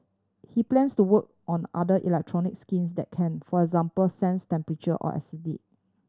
he plans to work on other electronic skins that can for example sense temperature or acidity